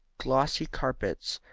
glossy carpets,